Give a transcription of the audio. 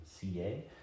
CA